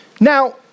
Now